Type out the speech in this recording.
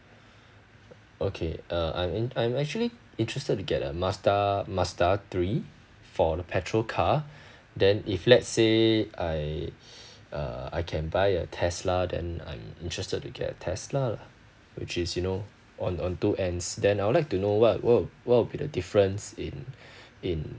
okay uh I'm in I'm actually interested to get a mazda mazda three for the petrol car then if let's say I err I can buy a tesla then I'm interested to get a tesla lah which is you know on on two ends then I would like to know what what will be the difference in in